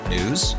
News